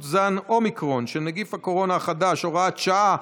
זן אומיקרון של נגיף הקורונה החדש (הוראת שעה),